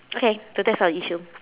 okay so that's our issue